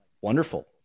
wonderful